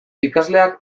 ikasleak